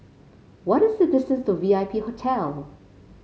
what is the distance to V I P Hotel